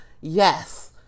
yes